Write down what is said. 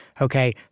okay